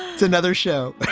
to another show.